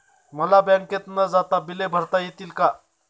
मला बँकेत न जाता बिले भरता येतील का?